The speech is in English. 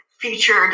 featured